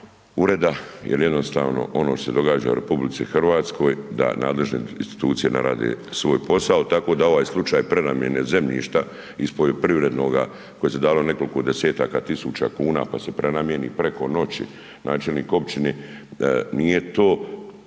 ureda jer jednostavno ono što se događa u RH da nadležne institucije ne rade svoj posao. Tako da ovaj slučaj prenamjene zemljišta iz poljoprivrednoga koji se dalo nekoliko 10-taka tisuća kuna pa se prenamijeni preko noći, načelnik općine, nije to